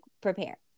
prepare